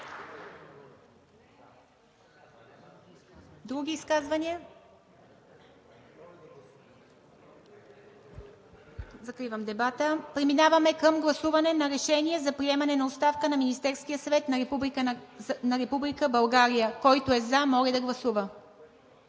Други изказвания? Закривам дебата. Преминаваме към гласуване на Решение за приемане на оставката на Министерския съвет на Република България. Който е за, моля да гласува.